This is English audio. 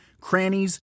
crannies